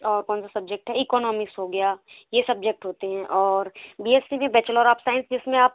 और कौन सा सब्जेक्ट है इकोनॉमिक्स हो गया ये सब्जेक्ट होते हैं और बी एस सी भी बैचलर ऑफ़ साइंस जिसमें आप